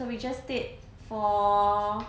so we just stayed for